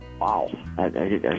Wow